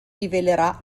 rivelerà